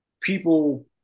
people